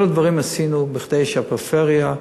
את כל הדברים עשינו כדי שהפריפריה,